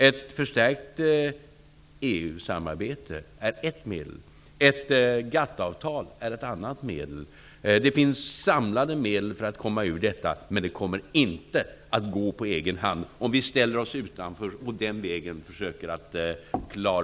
Ett förstärkt EU-samarbete är ett medel. Ett GATT-avtal är ett annat medel. Det finns flera medel för att komma ur lågkonjunkturen, men vi kommer inte att klara det på egen hand om vi ställer oss utanför.